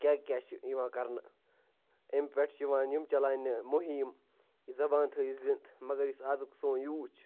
کیٛاہ کیٛاہ چھِ یِوان کَرنہٕ اَمہِ پٮ۪ٹھ چھِ یِوان یِم چَلاونہِ مُہِم یہِ زبان تھٲوِو زِنٛدٕ مگر یُس اَزُک سون یوٗتھ چھُ